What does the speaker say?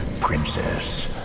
princess